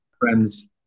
friends